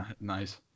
nice